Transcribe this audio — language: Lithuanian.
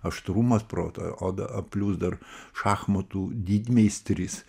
aštrumas proto o o plius dar šachmatų didmeistris